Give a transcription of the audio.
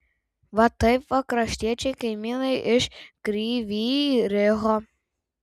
va taip va kraštiečiai kaimynai iš kryvyj riho